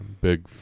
big